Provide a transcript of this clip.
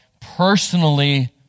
personally